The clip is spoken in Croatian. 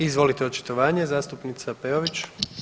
Izvolite očitovanje zastupnica Peović.